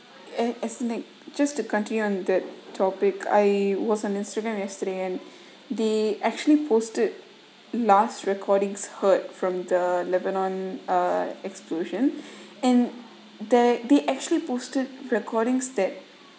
and as in like just to continue on that topic I was on instagram yesterday and they actually posted last recordings hurt from the lebanon uh explosion and there they actually posted recordings that